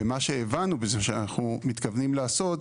מה שהבנו,